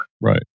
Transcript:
Right